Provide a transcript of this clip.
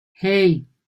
hey